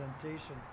presentation